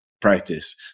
practice